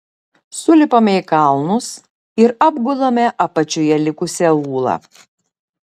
sulipame į kalnus ir apgulame apačioje likusį aūlą